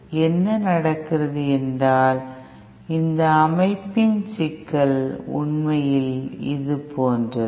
இப்போது என்ன நடக்கிறது என்றால் இந்த அமைப்பின் சிக்கல் உண்மையில் இது போன்றது